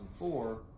2004